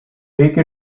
take